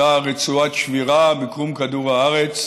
אותה רצועת שבירה בקרום כדור הארץ